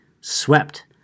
swept